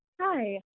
Hi